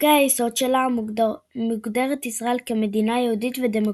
בחוקי היסוד שלה מוגדרת ישראל כ"מדינה יהודית ודמוקרטית".